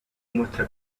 muestra